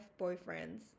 boyfriends